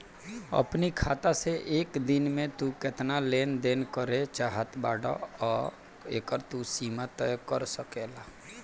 अपनी खाता से एक दिन में तू केतना लेन देन करे चाहत बाटअ एकर तू सीमा तय कर सकेला